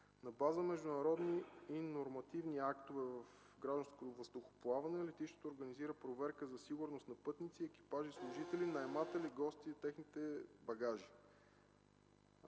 На база международни нормативни актове в гражданското въздухоплаване летището организира проверка за сигурност на пътници, екипажи, служители, наематели, гости и техните багажи.